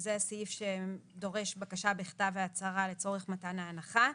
שזה הסעיף שדורש בקשה בכתב והצהרה לצורך מתן הנחה.